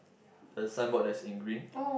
the sign board that's in green